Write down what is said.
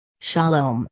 Shalom